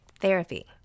Therapy